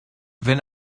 wenn